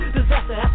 Disaster